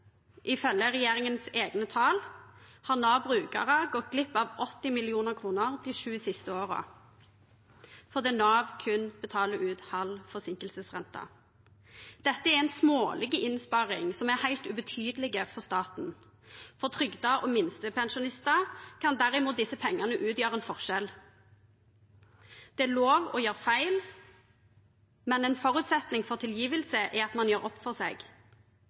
Ifølge regjeringens egne tall har Nav-brukere gått glipp av 80 mill. kr de sju siste årene fordi Nav kun betaler ut halv forsinkelsesrente. Dette er en smålig innsparing som er helt ubetydelig for staten. For trygdede og minstepensjonister kan derimot disse pengene utgjøre en forskjell. Det er lov å gjøre feil, men en forutsetning for tilgivelse er at man gjør opp for seg.